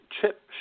chip